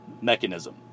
mechanism